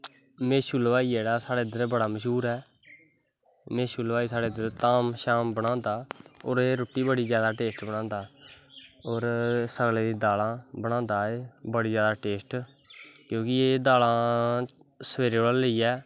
मेशू हलवाई ऐ जेह्ड़ा इद्धर बड़ा मश्हूर ऐ मेशू हलवाई साढ़ै इद्धर धाम शाम बनांदा होर एह् रुट्टी बड़ी जैदा टेस्ट बनांदा होर एह् सगले दी दालां बनांदा बड़ी जैदा टेस्ट क्योंकि एह् दालां सवैरे कोला दा लेइयै